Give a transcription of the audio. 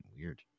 weird